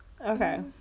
Okay